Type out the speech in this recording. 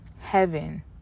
heaven